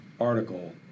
article